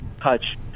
touch